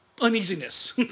uneasiness